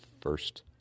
first